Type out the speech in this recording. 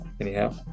Anyhow